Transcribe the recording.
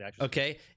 Okay